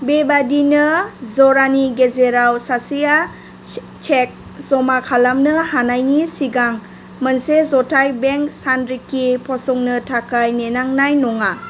बेबादिनो जरानि गेजेराव सासेया चेक जमा खालामनो हानायनि सिगां मोनसे जथाय बेंक सानरिखि फसंनो थाखाय नेनांनाय नङा